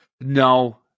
No